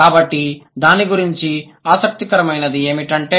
కాబట్టి దాని గురించి ఆసక్తికరమైనది ఏమిటంటే